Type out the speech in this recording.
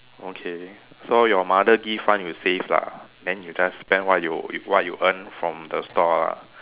okay so your mother give fund you save lah then you just spend what you what you earn from the store ah